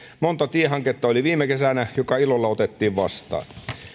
monta tiehanketta oli viime kesänä mikä ilolla otettiin vastaan